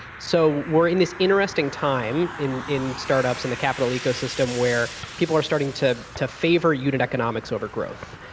so we're in this interesting time in in startups, in the capital ecosystem, where people are starting to to favor you at economics over growth.